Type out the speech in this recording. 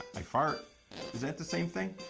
i fart is that the same thing?